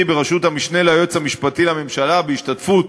בראשות המשנה ליועץ המשפטי לממשלה ובהשתתפות